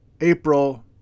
April